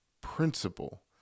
principle